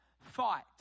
fight